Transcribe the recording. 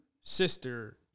sister